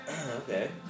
Okay